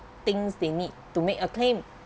things they need to make a claim